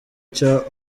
cya